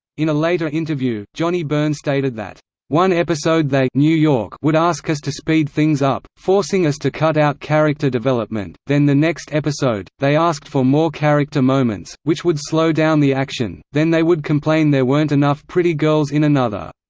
in a later interview, johnny byrne stated that one episode they would ask us to speed things up, forcing us to cut out character development then the next episode, they asked for more character moments, which would slow down the action then they would complain there weren't enough pretty girls in another.